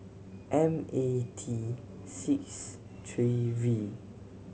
M A T six three V